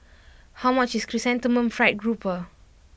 how much is Chrysanthemum Fried Grouper